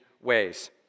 ways